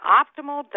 optimal